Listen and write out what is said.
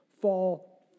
fall